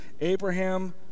Abraham